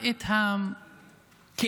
בסדר גמור.